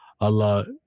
allah